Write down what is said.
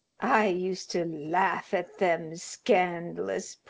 i used to laugh at them scandalous,